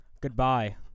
Goodbye